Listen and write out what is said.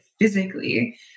physically